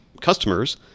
customers